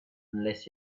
unless